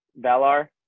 Valar